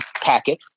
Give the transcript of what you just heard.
packet